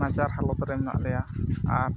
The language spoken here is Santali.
ᱱᱟᱪᱟᱨ ᱦᱟᱞᱚᱛ ᱨᱮ ᱢᱮᱱᱟᱜ ᱞᱮᱭᱟ ᱟᱨ